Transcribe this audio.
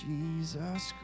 Jesus